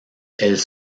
elles